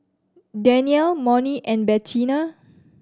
Danniel Monnie and Bettina